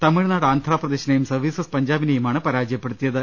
തമിഴ്നാട് ആന്ധ്രാപ്രദേശിനെയും സർവീസസ് പഞ്ചാ ബിനെയുമാണ് പരാജയപ്പെടുത്തിയത്